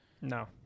No